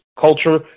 culture